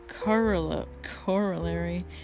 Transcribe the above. corollary